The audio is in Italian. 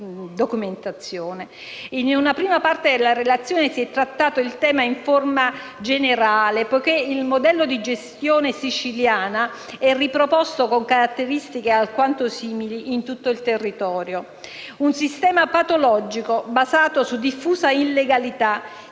In una prima parte della relazione si è trattato il tema in forma generale, poiché il modello di gestione siciliana è riproposto, con caratteristiche alquanto simili, in tutto il territorio: un sistema patologico, basato su una diffusa illegalità, che trae agio